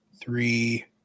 three